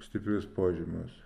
stiprius požymius